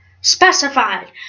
specified